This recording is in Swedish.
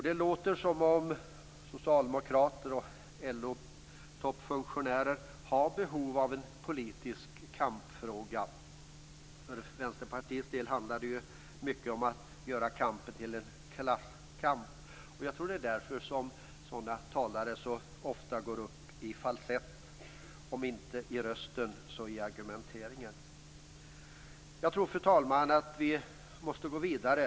Det låter som om socialdemokrater och toppfunktionärer i LO har behov av en politisk kampfråga. För Vänsterpartiets del handlar det mycket om att göra kampen till en klasskamp. Jag tror att det är därför partiets talare så ofta går upp i falsett, om inte i rösten så i argumenteringen. Fru talman! Vi måste få vidare.